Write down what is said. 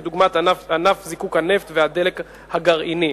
כדוגמת ענף זיקוק הנפט והדלק הגרעיני.